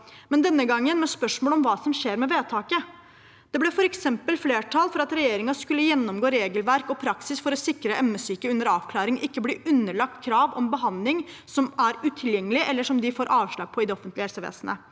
men denne gangen med spørsmål om hva som skjer med vedtaket. Det ble f.eks. flertall for at regjeringen skulle gjennomgå regelverk og praksis for å sikre at ME-syke under avklaring ikke blir underlagt krav om behandling som er utilgjengelig, eller som de får avslag på i det offentlige helsevesenet.